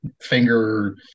finger